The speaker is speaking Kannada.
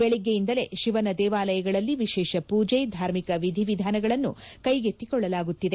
ಬೆಳಗ್ಗೆಯಿಂದಲೇ ಶಿವನ ದೇವಾಲಯಗಳಲ್ಲಿ ವಿಶೇಷ ಪೂಜೆ ಧಾರ್ಮಿಕ ವಿಧಿ ವಿಧಾನಗಳನ್ನು ಕ್ಲೆಗೊಳ್ಳಲಾಗುತ್ತಿದೆ